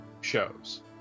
shows